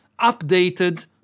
updated